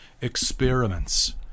experiments